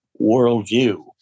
worldview